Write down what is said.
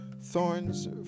Thorns